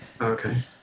Okay